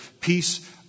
peace